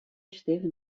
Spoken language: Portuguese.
esteve